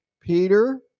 Peter